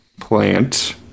plant